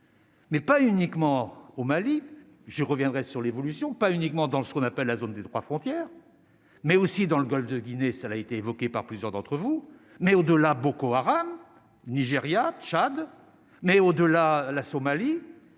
Mais pas uniquement au Mali, je reviendrai sur l'évolution, pas uniquement dans le ce qu'on appelle la zone des 3 frontières mais aussi dans le Golfe de Guinée, ça l'a été évoqué par plusieurs d'entre vous, mais au-delà, Boko Haram, Nigeria, Tchad, mais au-delà, la Somalie,